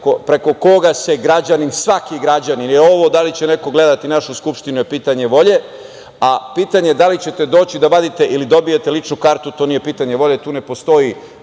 preko koga se građanin, svaki građanin, jer i ovo da li će neko gledati našu Skupštinu je pitanje volje, a pitanje da li ćete doći da vadite ili dobijete ličnu kartu, to nije pitanje volje, tu ne postoji